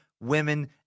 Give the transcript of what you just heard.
women